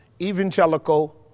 evangelical